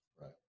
Right